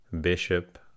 Bishop